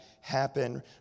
happen